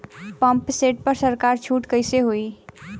Pump set पर सरकार छूट कईसे होई?